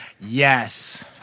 Yes